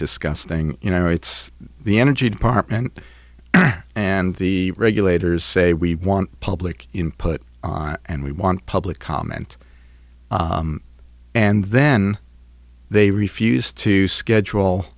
disgusting you know it's the energy department and the regulators say we want public input and we want public comment and then they refuse to schedule